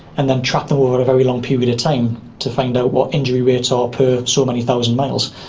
and then track them over a very long period of time to find out what injury rates are per so many thousand miles.